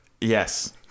Yes